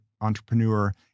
entrepreneur